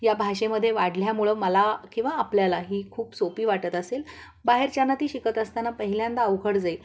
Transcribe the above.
या भाषेमध्ये वाढल्यामुळं मला किंवा आपल्याला ही खूप सोपी वाटत असेल बाहेरच्यांना ती शिकत असताना पहिल्यांदा अवघड जाईल